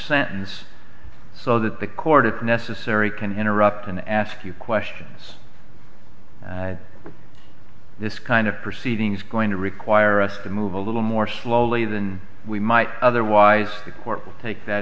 sentence so that the court if necessary can interrupt and ask you questions this kind of proceedings going to require us to move a little more slowly than we might otherwise the court will take that